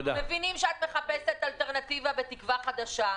אנחנו מבינים שאת מחפשת אלטרנטיבה ותקווה חדשה.